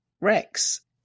Rex